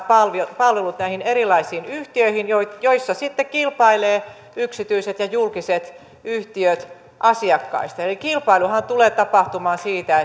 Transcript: palvelut palvelut näihin erilaisiin yhtiöihin joissa joissa sitten kilpailevat yksityiset ja julkiset yhtiöt asiakkaista kilpailuhan tulee tapahtumaan siitä